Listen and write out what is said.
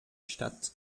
statt